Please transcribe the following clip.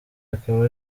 akaba